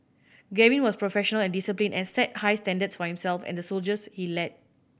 Gavin was professional and disciplined and set high standards for himself and the soldiers he led